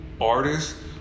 artists